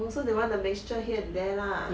oh so they want a mixture here and there lah